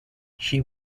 she